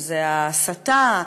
ההסתה,